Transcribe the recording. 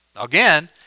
Again